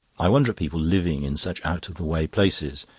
i wonder at people living in such out-of-the-way places.